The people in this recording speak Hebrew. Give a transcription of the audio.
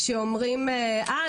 שאומרים: אה,